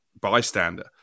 bystander